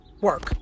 work